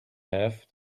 have